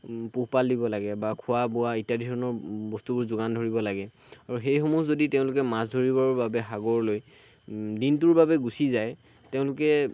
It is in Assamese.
পোহপাল দিব লাগে বা খোৱা বোৱা ইত্যাদি ধৰণৰ বস্তুবোৰ যোগান ধৰিব লাগে আৰু সেইসমূহ যদি তেওঁলোকে মাছ ধৰিবৰ বাবে সাগৰলৈ দিনটোৰ বাবে গুছি যায় তেওঁলোকে